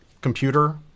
computer